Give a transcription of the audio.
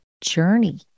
journey